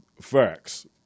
Facts